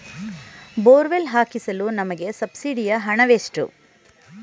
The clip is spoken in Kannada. ಬೋರ್ವೆಲ್ ಹಾಕಿಸಲು ನಮಗೆ ಸಬ್ಸಿಡಿಯ ಹಣವೆಷ್ಟು?